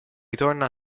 ritorno